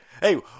hey